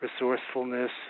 resourcefulness